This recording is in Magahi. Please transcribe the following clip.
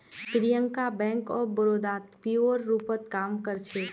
प्रियंका बैंक ऑफ बड़ौदात पीओर रूपत काम कर छेक